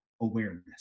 awareness